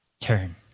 Turn